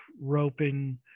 roping